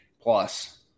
Plus